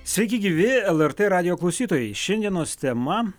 sveiki gyvi lrt radijo klausytojai šiandienos tema